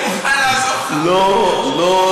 אני מוכן לעזור לך.